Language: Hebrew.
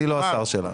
אני לא השר שלה.